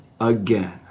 Again